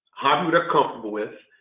um but comfortable with